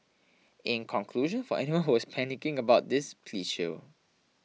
in conclusion for anyone who was panicking about this please chill